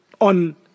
on